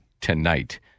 tonight